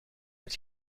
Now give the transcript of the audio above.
het